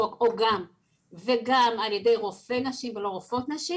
רחוק וגם על ידי רופא נשים ולא רופאת נשים